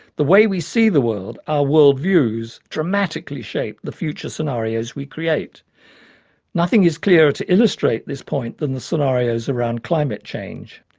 the way we see the world, our world views dramatically shape the future scenarios we create nothing is clearer to illustrate this point than the scenarios around climate change.